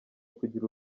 kugira